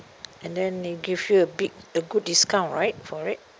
and then they give you a big a good discount right for it